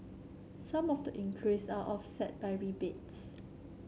some of the increase are offset by rebates